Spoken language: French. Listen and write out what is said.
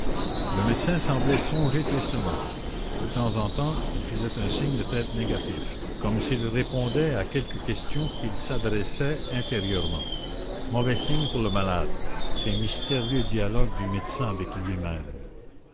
le médecin semblait songer tristement de temps en temps il faisait un signe de tête négatif comme s'il répondait à quelque question qu'il s'adressait intérieurement mauvais signe pour le malade ces mystérieux dialogues du médecin avec lui-même